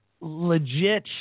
legit